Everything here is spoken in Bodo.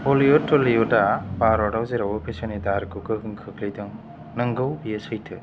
बलिउड टलिउडा भारताव जेरावबो फैसानि दाहारखौ गोहोम खोख्लैदों नंगौ बियो सैथो